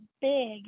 big